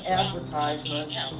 advertisements